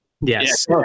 Yes